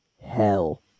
hell